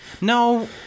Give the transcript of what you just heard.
no